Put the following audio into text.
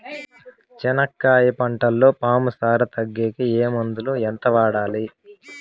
చెనక్కాయ పంటలో పాము సార తగ్గేకి ఏ మందులు? ఎంత వాడాలి?